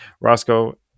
Roscoe